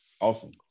Awesome